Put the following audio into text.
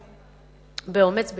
באומץ,